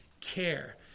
Care